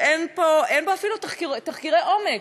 ואין בו אפילו תחקירי עומק.